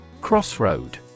Crossroad